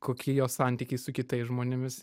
kokie jo santykiai su kitais žmonėmis